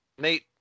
Nate